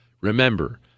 remember